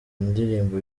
indirimbo